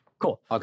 Cool